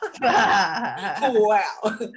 Wow